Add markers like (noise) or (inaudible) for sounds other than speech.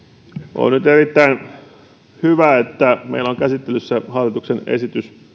on erittäin hyvä että meillä on nyt käsittelyssä hallituksen esitys (unintelligible)